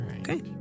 Okay